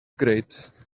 great